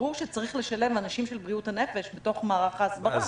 ברור שצריך לשלב אנשים של בריאות הנפש בתוך מערך ההסברה.